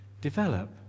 develop